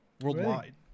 worldwide